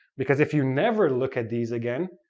because if you never look at these again,